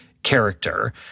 character